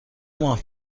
ماه